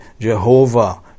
Jehovah